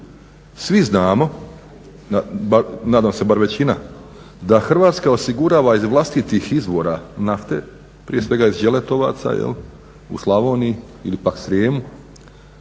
Svi znamo, nadam se bar većina, da Hrvatska osigurava iz vlastitih izvora nafte, prije svega iz Đeletovaca u Slavoniji ili pak Srijemu,